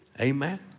Amen